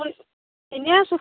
এনেই আছোঁ